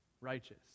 righteous